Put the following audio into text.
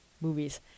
movies